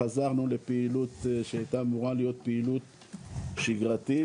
חזרנו לפעילות שהייתה אמורה להיות פעילות שגרתית,